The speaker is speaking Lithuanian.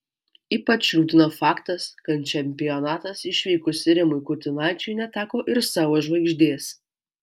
ypač liūdina faktas kad čempionatas išvykus rimui kurtinaičiui neteko ir savo žvaigždės